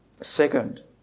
Second